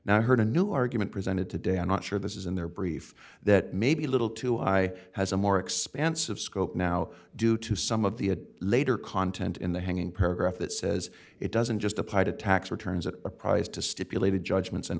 now heard a new argument presented today i'm not sure this is in their brief that may be a little too i has a more expansive scope now due to some of the later content in the hanging paragraph that says it doesn't just apply to tax returns at a price to stipulated judgments and